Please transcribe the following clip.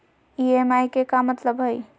EMI के का मतलब हई?